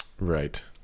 Right